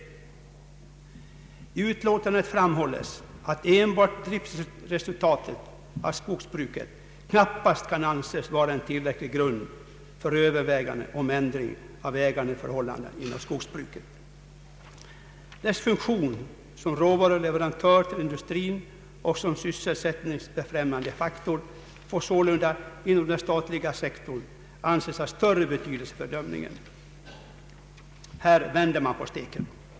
I föreliggande utlåtande framhålles att enbart driftresultatet av skogsbruket knappast kan anses vara en tillräcklig grund för överväganden om ändring av ägarförhållandet inom =:skogsbruket. Skogsbrukets funktion som råvaruleverantör till industrin och som sysselsättningsbefrämjande faktor får sålunda inom den statliga sektorn anses ha större betydelse för bedömningen. Här vänder man alltså på steken.